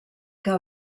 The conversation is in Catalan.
que